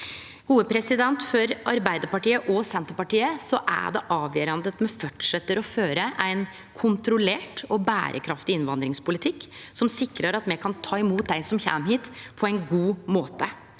nivå. For Arbeidarpartiet og Senterpartiet er det avgjerande at me fortset å føre ein kontrollert og berekraftig innvandringspolitikk som sikrar at me kan ta imot dei som kjem hit, på ein god måte.